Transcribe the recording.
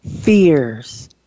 fears